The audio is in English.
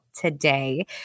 today